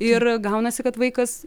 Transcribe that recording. ir gaunasi kad vaikas